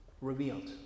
revealed